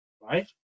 right